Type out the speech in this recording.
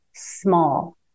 Small